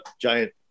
giant